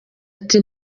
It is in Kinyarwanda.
ati